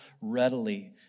readily